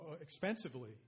expensively